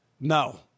No